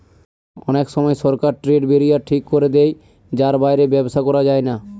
অনেক সময় সরকার ট্রেড ব্যারিয়ার ঠিক করে দেয় যার বাইরে ব্যবসা করা যায় না